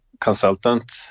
consultant